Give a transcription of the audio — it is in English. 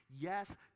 Yes